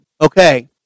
Okay